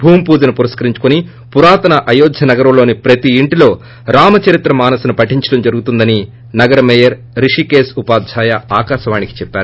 భూమి పూజను పురస్కరుంచుకొని పురాతన అయోధ్య నగరంలోని ప్రతి ఇంటిలో రామ్ చరిత మానస్ ను పఠించడం జరుగుతుందని నగర మేయర్ రిషికేశ్ ఉపాధ్యాయ ఆకాశవాణికి చెప్పారు